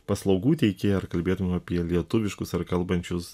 paslaugų teikėjai ar kalbėtume apie lietuviškus ar kalbančius